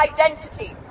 identity